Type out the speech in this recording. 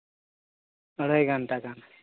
ᱟᱲᱟᱹᱭ ᱜᱷᱚᱱᱴᱟ ᱜᱟᱱ